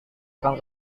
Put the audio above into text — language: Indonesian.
akan